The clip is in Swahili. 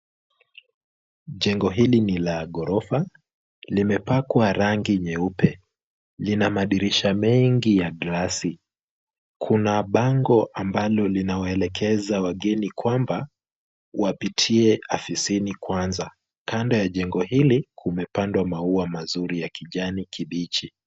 Jengo hili ni la ghorofa. Limepakwa rangi nyeupe. Lina madirisha mengi ya glasi. Kuna bango ambalo linawaelekeza wageni kwamba wapitie afisini kwanza. Kando ya jengo hili, kumependwa maua mazuri ya kijani kibichi.